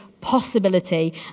possibility